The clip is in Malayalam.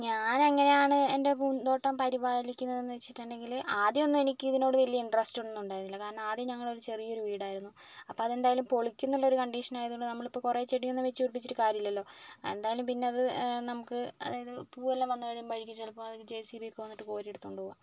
ഞാനെങ്ങനെയാണ് എൻറ്റെ പൂന്തോട്ടം പരിപാലിക്കുന്നതെന്ന് വെച്ചിട്ടുണ്ടെങ്കില് ആദ്യമൊന്നും എനിക്കതിനോട് വലിയ ഇൻട്രസ്റ്റൊന്നുമുണ്ടായിരുന്നില്ല കാരണം ആദ്യം ഞങ്ങളുടേതൊരു ചെറിയൊരു വീടായിരുന്നു അപ്പോള് അതെന്തായാലും പൊളിക്കുമെന്നൊരു കണ്ടീഷനായതുകൊണ്ട് നമ്മളിപ്പോള് കുറേ ചെടിയൊന്നും വെച്ചുപിടിപ്പിച്ചിട്ട് കാര്യമില്ലല്ലോ എന്തായാലും പിന്നെയത് നമുക്ക് അതായത് പൂവെല്ലാം വന്നുകഴിയുമ്പോഴായിരിക്കും ചിലപ്പോള് ജെ സി ബി ഒക്കെ വന്നിട്ട് കോരി എടുത്തുകൊണ്ടുപോവുക